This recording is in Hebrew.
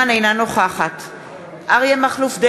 אנחנו יודעים שלפני כשנתיים הביטוח הלאומי